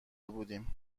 بودیم